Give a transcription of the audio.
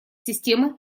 системы